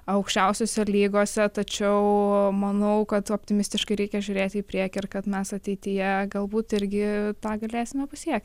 aukščiausiose lygose tačiau manau kad optimistiškai reikia žiūrėti į priekį ir kad mes ateityje galbūt irgi tą galėsime pasiekt